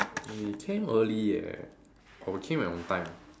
we came early eh or we came at on time